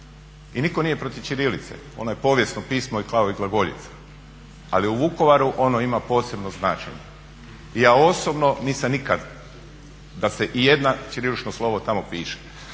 i nitko nije protiv ćirilice ona je povijesno pismo kao i glagoljica, ali u Vukovaru ono ima posebno značenje. I ja osobno nisam nikad da se i jedno ćirilično slovo tamo piše.